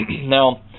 Now